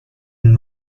and